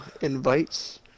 invites